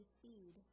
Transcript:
feed